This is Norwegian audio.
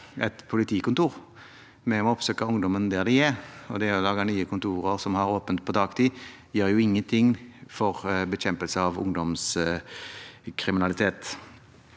vi må oppsøke ungdommen der de er. Og det å opprette nye kontorer som har åpent på dagtid, gjør ingenting med bekjempelse av ungdomskriminalitet.